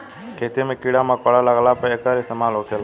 खेती मे कीड़ा मकौड़ा लगला पर एकर इस्तेमाल होखेला